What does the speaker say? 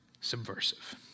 subversive